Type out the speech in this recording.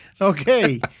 Okay